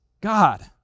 God